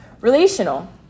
relational